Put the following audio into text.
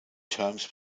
terms